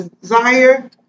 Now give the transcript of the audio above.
desire